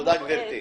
תודה, גברתי.